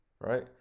right